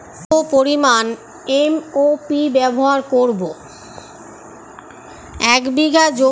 এক বিঘা জমিতে কত পরিমান এম.ও.পি ব্যবহার করব?